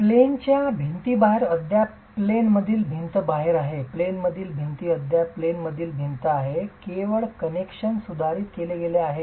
plain च्या भिंतीबाहेर अद्याप प्लेन मधील भिंत बाहेर आहे प्लेन मधील भिंत अद्याप प्लेन मधील भिंत आहे केवळ कनेक्शन सुधारित केले गेले आहे